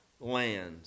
land